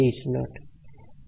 M অংশটি অদৃশ্য হয়ে গেছে